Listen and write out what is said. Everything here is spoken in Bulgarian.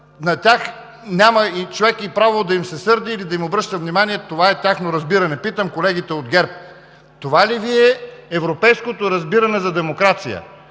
На тях няма човек право да им се сърди или да им обръща внимание, това е тяхно разбиране. Питам колегите от ГЕРБ: това ли е европейското Ви разбиране за демокрация?